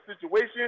situation